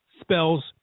spells